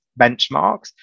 benchmarks